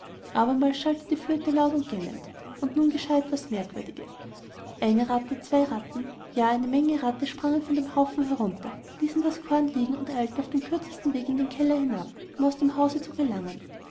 abermals erschallte die flöte laut und gellend und nun geschah etwas merkwürdiges eine ratte zwei ratten ja eine menge ratten sprangen von den haufen herunter ließen das korn liegen und eilten auf dem kürzesten wege in den keller hinab um aus dem hause zu gelangen